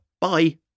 Bye